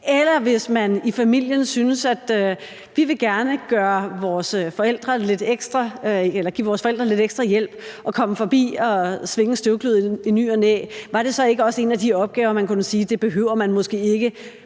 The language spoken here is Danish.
det, hvis man i familien synes, at man gerne vil give sine forældre lidt ekstra hjælp og man vil komme forbi og svinge støvkluden i ny og næ, så ikke også en af de opgaver, man måske kunne sige man ikke behøver pålægge